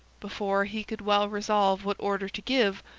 before he could well resolve what order to give,